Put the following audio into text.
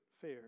fair